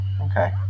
Okay